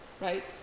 right